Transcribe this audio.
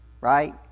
Right